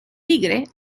tigre